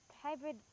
Hybrid